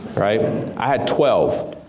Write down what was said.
i had twelve,